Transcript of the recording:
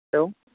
hello